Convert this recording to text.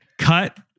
Cut